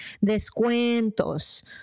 Descuentos